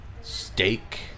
Steak